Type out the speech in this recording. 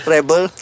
Rebel